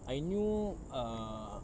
I knew err like